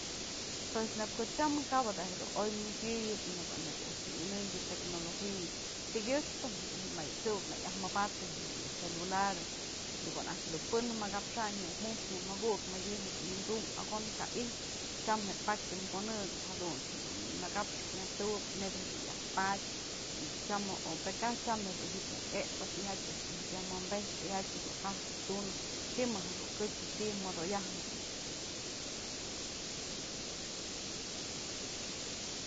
Pues neyp ko tyamën kap jada dun oy nëjuëyënë në ko'o a'ax dun nyënëmbyë tecnolofia tykyëxpë sëk uk nëyajmëbatëm mayë celularën në ko'o naj dun pën mëkapxänyë je'e juk je'e mukuk mëdyë dun wi'indum akon ka ijpë tyam je'e pakya konëkëp jadunt's jedun mëkapxëp myajtëwëp neyb jedun yaj padyë tyam o pë kaj tyam jedun ji'ib muk epëd tyjatyë a'ax dun ji'ib yaj wi'inbepyë. tyjatyë dun jajtëp tunëp, ji'im jedun këxë ti'i modoyajnët.